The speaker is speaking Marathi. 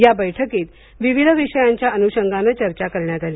या बैठकीत विविध विषयांच्या अनुषंगाने चर्चा करण्यात आली